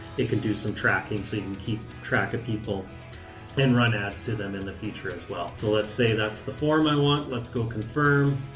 it can do some tracking so keep track of people and run ads to them in the future as well. so let's say that's the form i want. let's go confirm,